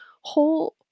Whole